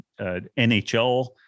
NHL